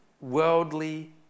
worldly